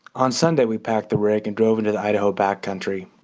on sunday, we packed the rig and drove into the idaho back country.